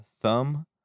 thumb